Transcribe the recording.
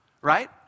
Right